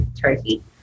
turkey